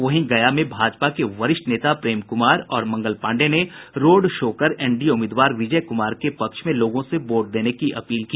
वहीं गया में भाजपा के वरिष्ठ नेता प्रेम कुमार और मंगल पांडेय ने रोड शो कर एनडीए उम्मीदवार विजय कुमार के पक्ष में लोगों से वोट देने की अपील की